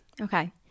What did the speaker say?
Okay